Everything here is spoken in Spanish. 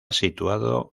situado